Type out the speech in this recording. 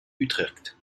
utrecht